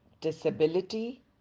disability